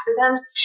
accident